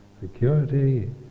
security